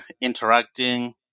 interacting